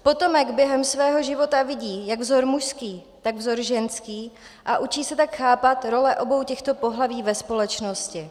Potomek během svého života vidí jak vzor mužský, tak vzor ženský a učí se tak chápat role obou těchto pohlaví ve společnosti.